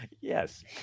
Yes